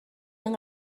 این